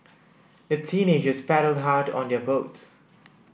the teenagers paddled hard on their boat